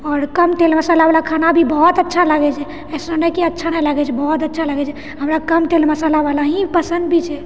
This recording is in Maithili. आओर कम तेल मसालावला खाना भी बहुत अच्छा लागै छै अइसन नहि की अच्छा नहि लागै छै बहुत अच्छा लागै छै हमरा कम तेल मसालावला ही पसन्द भी छै